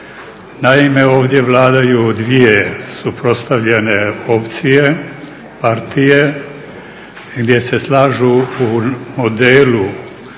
Naime, ovdje vladaju dvije suprotstavljene opcije, partije gdje se slažu u modelu